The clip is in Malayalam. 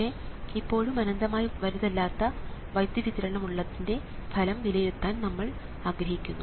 പക്ഷേ ഇപ്പോഴും അനന്തമായി വലുതല്ലാത്ത വൈദ്യുതി വിതരണം ഉള്ളതിന്റെ ഫലം വിലയിരുത്താൻ നമ്മൾ ആഗ്രഹിക്കുന്നു